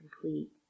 complete